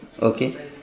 okay